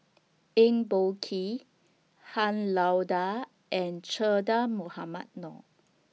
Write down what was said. Eng Boh Kee Han Lao DA and Che Dah Mohamed Noor